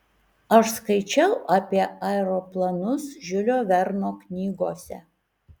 aš skaičiau apie aeroplanus žiulio verno knygose